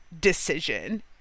decision